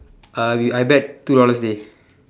uh we I bet two dollars dey